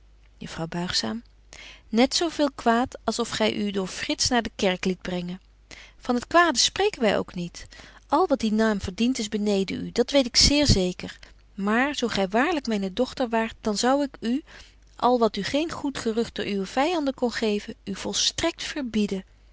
juffrouw buigzaam net zo veel kwaad als of gy u door frits naar de kerk liet brengen van het kwade spreken wy ook niet al wat dien naam verdient is beneden u dat weet ik zeer zeker maar zo gy waarlyk myne dochter waart dan zou ik u al wat u geen goed gerucht door uwe vyanden kon geven u volstrekt verbieden